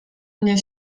mnie